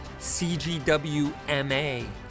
CGWMA